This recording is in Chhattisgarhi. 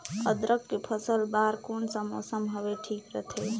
अदरक के फसल बार कोन सा मौसम हवे ठीक रथे?